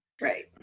Right